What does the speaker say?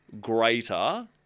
greater